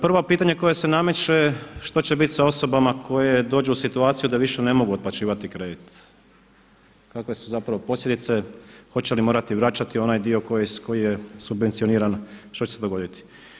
Prvo pitanje koje se nameće, što će biti sa osobama koje dođu u situaciju da više ne mogu otplaćivati kredit, kakve su zapravo posljedice, hoće li morati vraćati onaj dio koji je subvencioniran, što će se dogoditi?